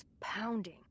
pounding